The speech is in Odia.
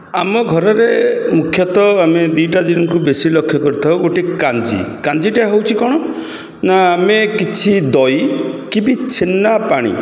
ଆମ ଘରରେ ମୁଖ୍ୟତଃ ଆମେ ଦୁଇଟା ଜିନିଷକୁ ବେଶୀ ଲକ୍ଷ୍ୟ କରିଥାଉ ଗୋଟେ କାଞ୍ଜି କାଞ୍ଜିଟା ହେଉଛି କ'ଣ ନା ଆମେ କିଛି ଦହି କି ବି ଛେନା ପାଣି